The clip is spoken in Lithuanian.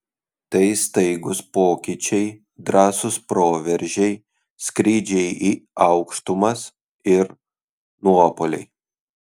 tai staigūs pokyčiai drąsūs proveržiai skrydžiai į aukštumas ir nuopuoliai